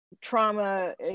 Trauma